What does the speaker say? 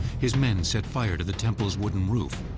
his men set fire to the temple's wooden roof,